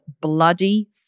bloody